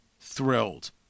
thrilled